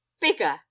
Bigger